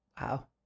Wow